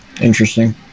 Interesting